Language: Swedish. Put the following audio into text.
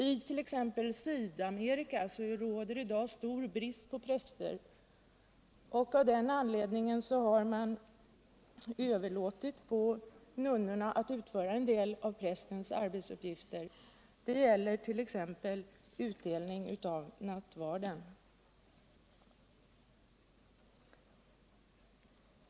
I t.ex. Sydamerika råder i dag stor brist på präster, och av den anledningen har man överlåtit åt nunnorna att utföra en stor del av prästernas arbete, t.ex. utdelning av nattvarden.